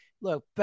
Look